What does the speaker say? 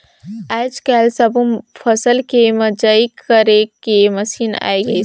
आयज कायल सब्बो फसल के मिंजई करे के मसीन आये गइसे